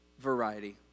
variety